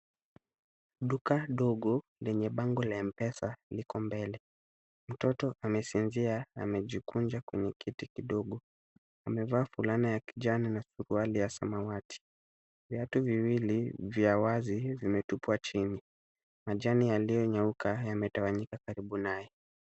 Duka dogo lenye bango la M-Pesa liko mbele. Mtoto amesinzia amejikunja kwenye kiti kidogo. Amevaa fulana ya kijani na suruali ya samawati. Viatu viwili vya wazi vimetupwa chini. Majani yaliyonyauka yametawanyika karibu naye.